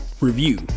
review